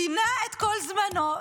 פינה את כל זמנו,